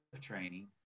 training